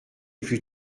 plus